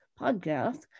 podcast